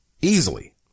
Easily